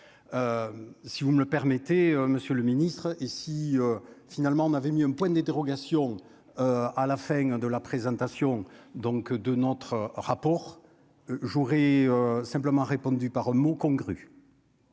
si vous me le permettez, monsieur le Ministre, et si finalement on avait mis un point d'interrogation à la fin de la présentation donc de notre rapport, je voudrais simplement répondu par mot congrue.